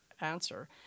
answer